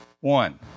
one